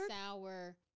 sour